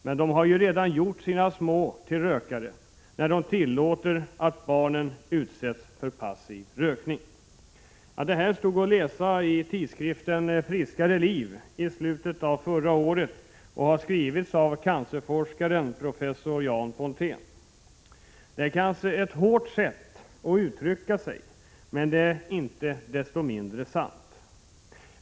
Men de har ju redan gjort sina små till rökare, när de tillåter att barnen utsätts för passiv rökning.” Detta stod att läsa i tidskriften ”Friskare liv” i slutet av förra året och har skrivits av cancerforskaren, professor Jan Pontén. Det är kanske ett hårt sätt att uttrycka sig, men det är inte desto mindre sant.